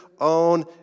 own